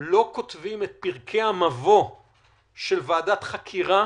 אנחנו לא כותבים את פרקי המבוא של ועדת חקירה